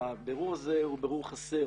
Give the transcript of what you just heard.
הבירור הזה הוא בירור חסר